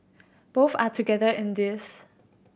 both are together in this